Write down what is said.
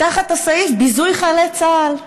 תחת הסעיף: ביזוי חיילי צה"ל,